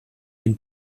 den